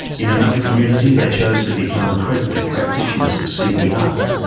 in another community they chose to become accredited practitioners of cpr.